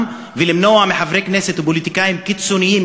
ולמנוע מחברי כנסת ופוליטיקאים קיצונים,